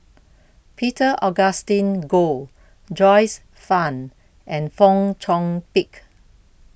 Peter Augustine Goh Joyce fan and Fong Chong Pik